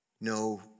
No